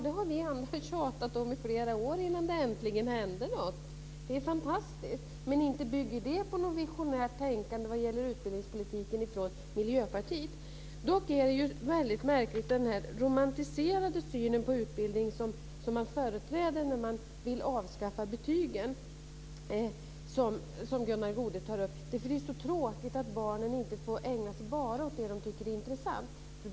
Det är något som vi har tjatat om i flera år innan det äntligen hände något. Det är fantastiskt, men det bygger inte på något visionärt tänkande i Miljöpartiets utbildningspolitik. Något väldigt märkligt är den romantiserade syn på utbildning som ligger bakom de önskemål om avskaffande av betygen som Gunnar Goude för fram. Det är så tråkigt att barnen inte får ägna sig enbart åt det som de tycker är intressant.